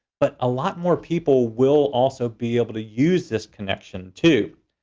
but a lot more people will also be able to use this connection too.